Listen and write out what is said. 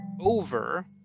over